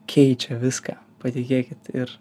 keičia viską patikėkit ir